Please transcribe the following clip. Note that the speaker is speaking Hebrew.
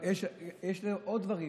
יש עוד דברים,